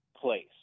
place